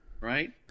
Right